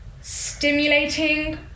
Stimulating